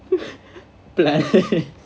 plan